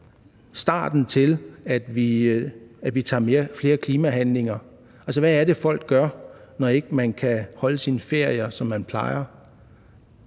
starten på, at vi foretager flere klimahandlinger. Altså, hvad er det, folk gør, når de ikke kan holde deres ferie, som de plejer?